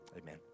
Amen